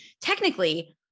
technically